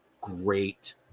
great